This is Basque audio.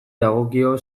dagokio